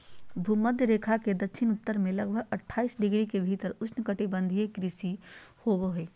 भूमध्य रेखा के दक्षिण उत्तर में लगभग अट्ठाईस डिग्री के भीतर उष्णकटिबंधीय कृषि होबो हइ